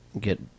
get